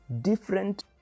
different